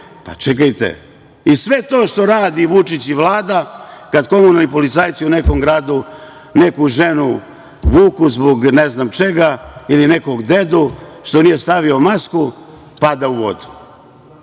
pa čekajte, sve to što radi Vučić i Vlada, kad komunalni policajci u nekom gradu neku ženu vuku zbog ne znam čega ili nekog dedu što nije stavio masku, pada u